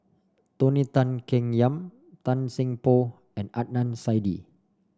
Tony Tan Keng Yam Tan Seng Poh and Adnan Saidi